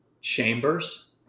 Chambers